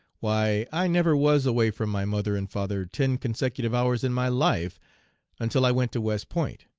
why, i never was away from my mother and father ten consecutive hours in my life until i went to west point.